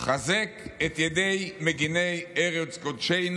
"חזק את ידי מגיני ארץ קודשנו"